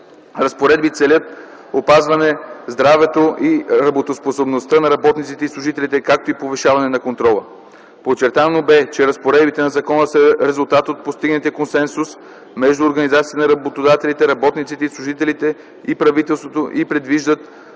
разпоредби целят опазване здравето и работоспособността на работниците и служителите, както и повишаване на контрола. Подчертано бе, че разпоредбите на закона са резултат от постигнатия консенсус между организациите на работодателите, работниците и служителите и правителството и предвиждат